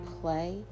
play